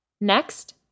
Next